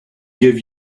give